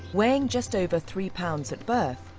weighing just over three lbs at birth,